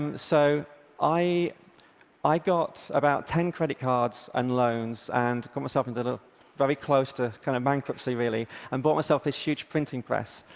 and so i i got about ten credit cards and loans and got myself and but very close to kind of bankruptcy, really, and bought myself this huge printing press,